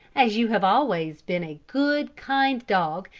as you have always been a good, kind dog,